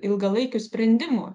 ilgalaikių sprendimų